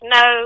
no